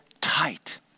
tight